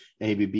ABB